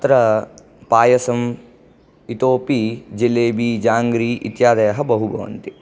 अत्र पायसम् इतोऽपि जीलेबी जाङ्ग्री इत्यादयः बहु भवन्ति